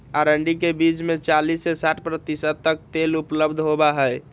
अरंडी के बीज में चालीस से साठ प्रतिशत तक तेल उपलब्ध होबा हई